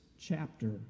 chapter